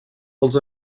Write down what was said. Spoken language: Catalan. els